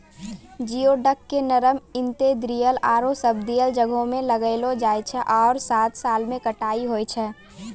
geoduck के नरम intertidal आरो सब्तिदल जग्हो में लगैलो जाय छै आरो सात साल में कटाई होय छै